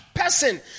person